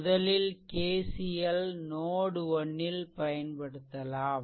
முதலில் KCL நோட்1 ல் ல் பயன்படுத்தலாம்